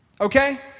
Okay